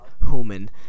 human